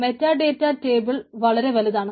meta data table വളരെ വലുതാണ്